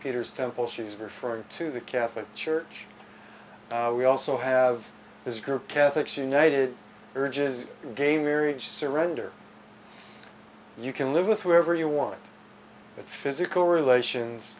peter's temple she's referring to the catholic church we also have this group catholics united urges gay marriage surrender you can live with whoever you want but physical relations